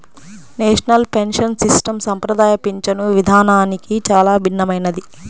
national pension system సంప్రదాయ పింఛను విధానానికి చాలా భిన్నమైనది